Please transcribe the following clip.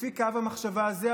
לפי קו המחשבה הזה,